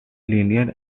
linear